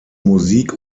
musik